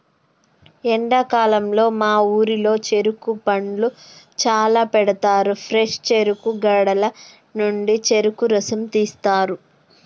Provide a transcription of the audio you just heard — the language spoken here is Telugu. ఎండాకాలంలో మా ఊరిలో చెరుకు బండ్లు చాల పెడతారు ఫ్రెష్ చెరుకు గడల నుండి చెరుకు రసం తీస్తారు